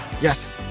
Yes